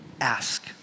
ask